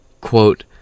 quote